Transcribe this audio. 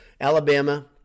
Alabama